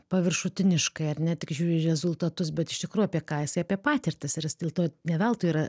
paviršutiniškai ar ne tik žiūri į rezultatus bet iš tikrųjų apie ką jisai apie patirtis ir jis dėl to ne veltui yra